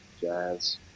jazz